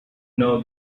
know